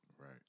Right